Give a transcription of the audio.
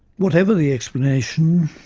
whatever the explanation,